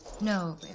No